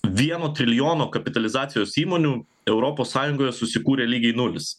vieno trilijono kapitalizacijos įmonių europos sąjungoje susikūrė lygiai nulis